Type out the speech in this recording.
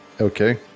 okay